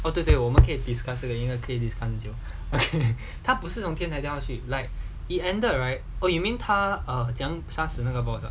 oh 对对我们可以 discuss 这个应该可以 discuss okay 他不是那种天台掉下去 like it ended like oh you mean 他怎样杀死那个 brother